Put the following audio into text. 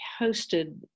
hosted